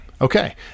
okay